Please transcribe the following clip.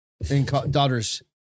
daughter's